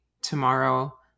tomorrow